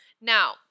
Now